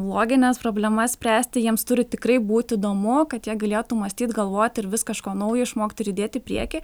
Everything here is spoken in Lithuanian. logines problemas spręsti jiems turi tikrai būti įdomu kad jie galėtų mąstyt galvot ir vis kažko naujo išmokt ir judėt į priekį